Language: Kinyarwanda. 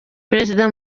perezida